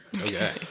Okay